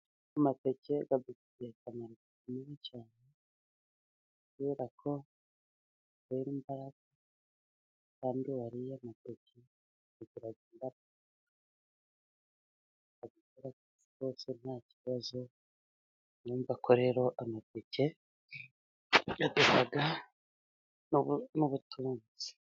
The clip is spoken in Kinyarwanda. Amateke adufitiye akamaro gakomeye cyane, kubera ko adutera imbaraga kandi uwariye amateke, agira imbaraga agakora akazi kose nta kibazo, urumva ko rero, amateke aduha nubutunzi.